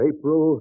April